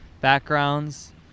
backgrounds